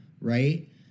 right